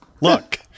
Look